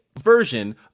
version